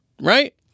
Right